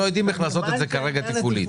לא יודעים איך לעשות את זה כרגע תפעולית.